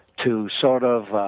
to sort of